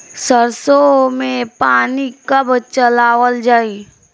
सरसो में पानी कब चलावल जाई?